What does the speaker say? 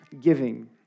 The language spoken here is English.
giving